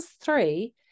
three